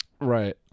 right